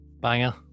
Banger